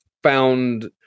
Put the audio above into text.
Found